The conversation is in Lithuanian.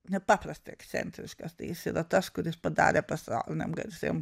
nepaprastai ekscentriškas tai jis yra tas kuris padarė pasaulinėm garsiom